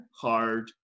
hard